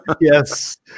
Yes